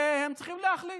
והם צריכים להחליט,